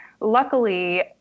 Luckily